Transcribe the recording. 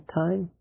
time